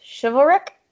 chivalric